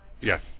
Yes